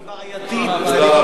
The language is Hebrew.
היא בעייתית.